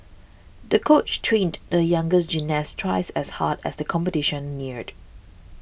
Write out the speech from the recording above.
the coach trained the younger gymnast twice as hard as the competition neared